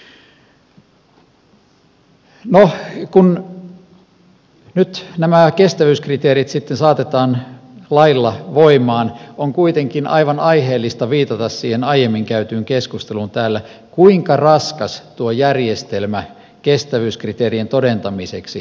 no kun nyt nämä kestävyyskriteerit sitten saatetaan lailla voimaan on kuitenkin aivan aiheellista viitata siihen aiemmin täällä käytyyn keskusteluun kuinka raskas tuo järjestelmä kestävyyskriteerien todentamiseksi on